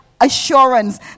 assurance